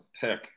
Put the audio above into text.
pick